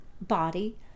body